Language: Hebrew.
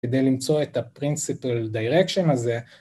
כדי למצוא את ה-principal direction הזה.